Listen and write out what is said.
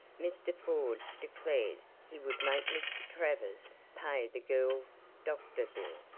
mr. ford declared he would make mr. travers pay the girl's doctor bill.